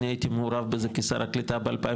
אני הייתי מעורב בזה כשר הקליטה ב-2015,